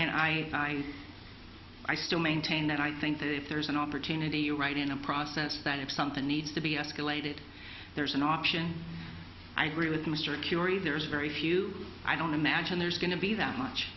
and i i still maintain that i think that there's an opportunity right in a process that if something needs to be escalated there's an option i agree with mr curie there's very few i don't imagine there's going to be that much